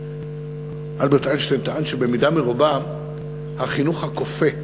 אלברט איינשטיין טען שבמידה מרובה החינוך הכופה,